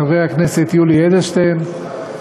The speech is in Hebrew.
חבר הכנסת יולי אדלשטיין,